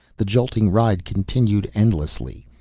the jolting ride continued endlessly,